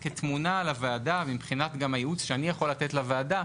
זו כתמונה לוועדה מבחינת גם הייעוץ שאני יכול לתת לוועדה,